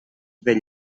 del